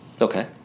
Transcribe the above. Okay